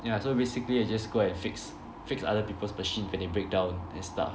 ya so basically I just go and fix fix other people's machine when they breakdown and stuff